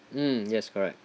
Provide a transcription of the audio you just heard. mm yes correct